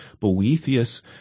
Boethius